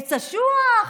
עץ אשוח?